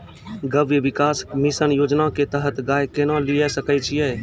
गव्य विकास मिसन योजना के तहत गाय केना लिये सकय छियै?